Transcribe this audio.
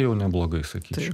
jau neblogai sakyčiau